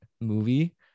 movie